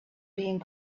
being